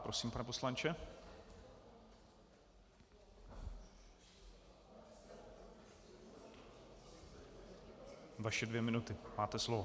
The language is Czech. Prosím, pane poslanče, vaše dvě minuty, máte slovo.